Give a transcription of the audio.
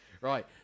Right